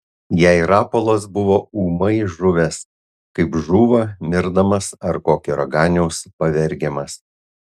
jai rapolas buvo ūmai žuvęs kaip žūva mirdamas ar kokio raganiaus pavergiamas